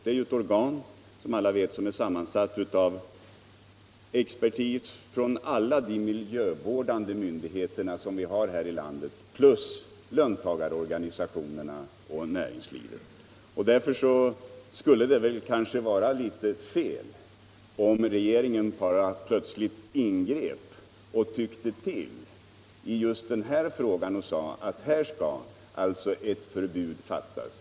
Produktkontrollnämnden är, som alla vet, ett organ sammansatt av expertis från samtliga miljövårdande myndigheter här i landet plus löntagarorganisationerna och näringslivet. Mot denna bakgrund skulle det väl vara litet felaktigt om regeringen plötsligt ingrep och ”tyckte till” i frågan genom att säga att här skall ett förbud införas.